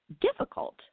difficult